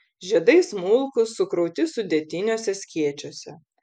žiedai smulkūs sukrauti sudėtiniuose skėčiuose